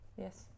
Yes